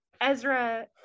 Ezra